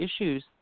issues